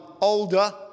older